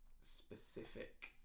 specific